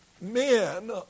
Men